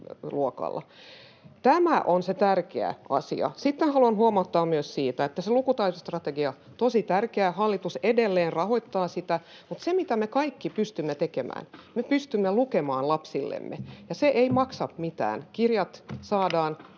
Tämä on se tärkeä asia. Sitten haluan huomauttaa myös siitä, että se lukutaitostrategia on tosi tärkeä. Hallitus edelleen rahoittaa sitä. Mutta mitä me kaikki pystymme tekemään: me pystymme lukemaan lapsillemme, ja se ei maksa mitään. Kirjoja saadaan